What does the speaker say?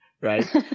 right